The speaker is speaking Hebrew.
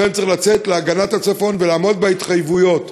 לכן צריך לצאת להגנת הצפון ולעמוד בהתחייבות.